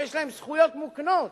שיש להם זכויות מוקנות,